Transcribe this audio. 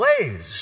ways